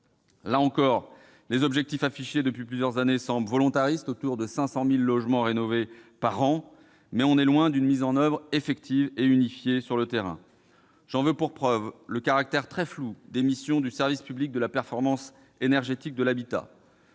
pays. Si les objectifs affichés depuis plusieurs années semblent volontaristes, autour de 500 000 logements rénovés par an, on est loin d'une mise en oeuvre effective et unifiée sur le terrain. J'en veux pour preuve le caractère très flou des missions du service public de la performance énergétique de l'habitat.